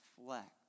reflect